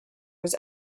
was